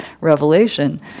revelation